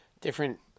different